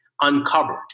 uncovered